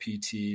pt